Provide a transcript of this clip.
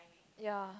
ya